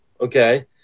okay